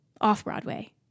off-Broadway